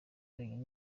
yonyine